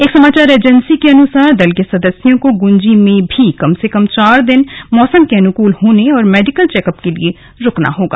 एक समाचार एजेंसी के अनुसार दल के सदस्यों को गुंजी में भी कम से कम चार दिन मौसम के अनुकूल होने और मेडिकल चेकअप के लिए रूकना होगा